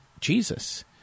Jesus